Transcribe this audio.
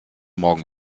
morgen